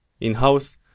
in-house